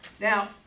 Now